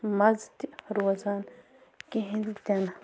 مَزٕ تہِ روزان کِہیٖنۍ تہِ نہٕ